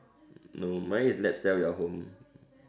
no mine is let's sell your home